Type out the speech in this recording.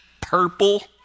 purple